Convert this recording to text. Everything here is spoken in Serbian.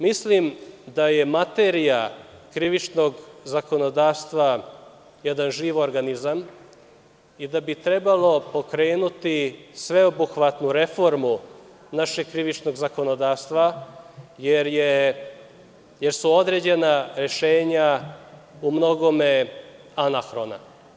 Mislim, da je materija krivičnog zakonodavstva jedan živ organizam i da bi trebalo pokrenuti sveobuhvatnu reformu našeg krivičnog zakonodavstva, jer su određena rešenja u mnogome anahrona.